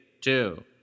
two